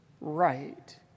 right